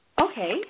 Okay